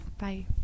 Bye